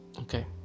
okay